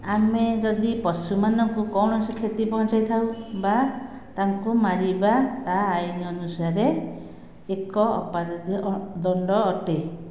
ଆମେ ଯଦି ପଶୁ ମାନଙ୍କୁ କୌଣସି କ୍ଷତି ପହଞ୍ଚାଇ ଥାଉ ବା ତାଙ୍କୁ ମାରିବା ତା ଆଇନ ଅନୁସାରେ ଏକ ଅପରାଧ ଦଣ୍ଡ ଅଟେ